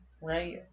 right